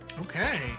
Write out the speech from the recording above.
okay